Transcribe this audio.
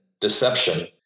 deception